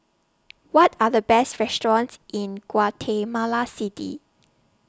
What Are The Best restaurants in Guatemala City